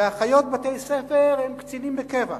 ואחיות בתי-ספר הן קצינים בקבע,